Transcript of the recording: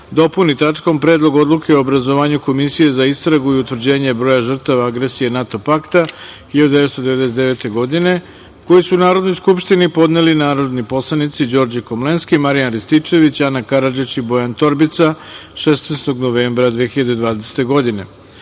dopuni tačkom – Predlog odluke o obrazovanju komisije za istragu i utvrđenje broja žrtava agresije NATO pakta 1999. godine, koju su Narodnoj skupštini podneli narodni poslanici Đorđe Komlenski, Marijan Rističević, Ana Karadžić i Bojan Torbica 16. novembra 2020. godine. Reč